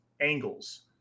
angles